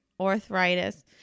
arthritis